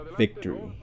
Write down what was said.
victory